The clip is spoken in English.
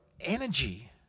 energy